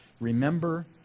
remember